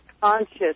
conscious